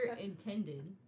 intended